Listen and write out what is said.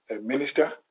Minister